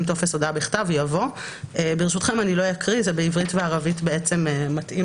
משק ונכסים" יבוא "אגף היועץ המשפטי למערכת הביטחון"; אחרי "פסקת משנה